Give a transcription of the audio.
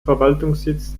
verwaltungssitz